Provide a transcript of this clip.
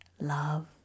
love